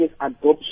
adoption